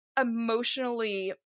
emotionally